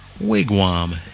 Wigwam